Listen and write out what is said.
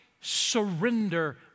surrender